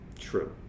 True